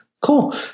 cool